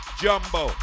jumbo